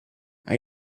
are